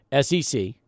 SEC